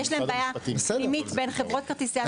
יש להם בעיה פנימית בין חברות כרטיסי אשראי.